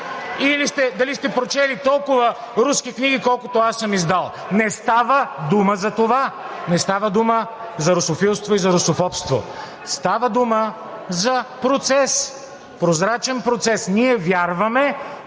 И дали сте прочели толкова руски книги, които аз съм издал?! Не става дума за това! Не става дума за русофилство и за русофобство. Става дума за процес, прозрачен процес. Ние вярваме